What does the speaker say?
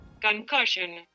concussion